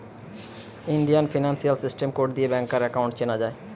Indian financial system code দিয়ে ব্যাংকার account চেনা যায়